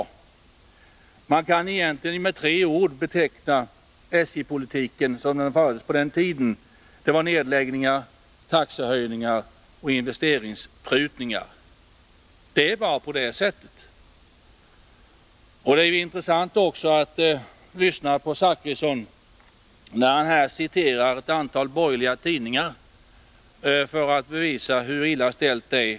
Man kan egentligen med tre ord beteckna SJ-politiken sådan den fördes på den tiden: nedläggningar, taxehöjningar och investeringsprutningar. Bertil Zachrisson citerar här ett antal borgerliga tidningar för att bevisa hur illa ställt det är.